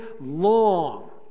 long